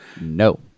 No